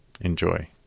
Enjoy